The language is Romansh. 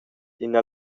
ina